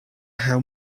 how